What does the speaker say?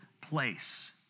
place